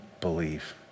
believe